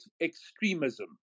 extremism